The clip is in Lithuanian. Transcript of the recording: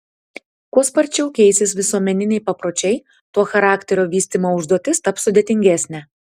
kuo sparčiau keisis visuomeniniai papročiai tuo charakterio vystymo užduotis taps sudėtingesnė